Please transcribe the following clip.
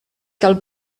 cal